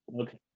Okay